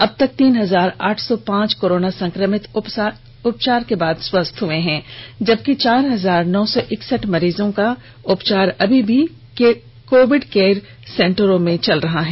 अब तक तीन हजार आठ सौ पांच कोरोना संक्रमित उपचार के बाद स्वस्थ हो चुके हैं जबकि चार हजार नौ सौ इकसठ मरीजों का उपचार अभी भी कोविड केयर सेंटरों में चल रहा है